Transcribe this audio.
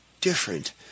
different